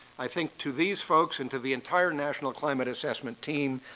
i think to these folks and to the entire national climate assessment team,